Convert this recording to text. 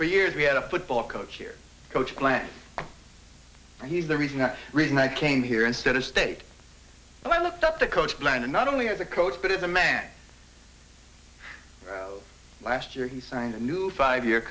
for years we had a football coach here coach class and he's the reason the reason i came here instead of state i looked up the coach plan and not only as a coach but of the man last year he signed a new five year